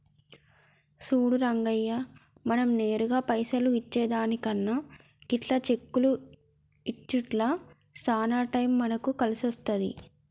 సూడు రంగయ్య మనం నేరుగా పైసలు ఇచ్చే దానికన్నా గిట్ల చెక్కులు ఇచ్చుట్ల సాన టైం మనకి కలిసొస్తాది